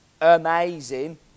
Amazing